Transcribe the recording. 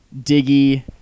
Diggy